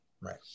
Right